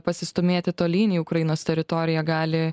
pasistūmėti tolyn į ukrainos teritoriją gali